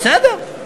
זה בסדר.